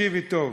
תקשיבי טוב,